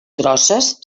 grosses